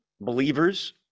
believers